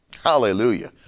hallelujah